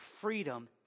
freedom